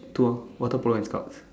two lor water polo and Scouts